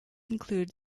include